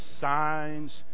signs